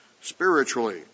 spiritually